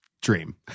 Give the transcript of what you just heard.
dream